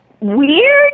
Weird